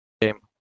game